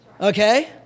okay